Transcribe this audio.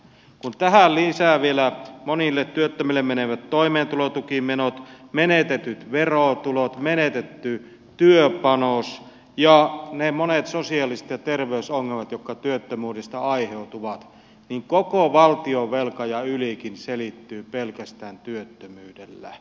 kun tähän lisää vielä monille työttömille menevät toimeentulotukimenot menetetyt verotulot menetetyn työpanoksen ja ne monet sosiaaliset ja terveysongelmat jotka työttömyydestä aiheutuvat niin koko valtionvelka ja ylikin selittyy pelkästään työttömyydellä